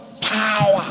Power